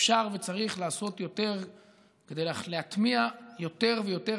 אפשר וצריך לעשות יותר כדי להטמיע יותר ויותר